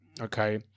Okay